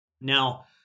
Now